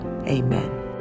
Amen